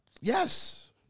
Yes